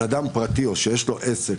אדם פרטי או שיש לו עסק,